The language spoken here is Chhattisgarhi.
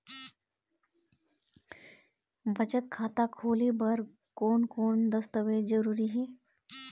बचत खाता खोले बर कोन कोन दस्तावेज जरूरी हे?